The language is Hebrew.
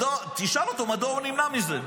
תשאל אותו מדוע הוא נמנע מזה.